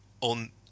on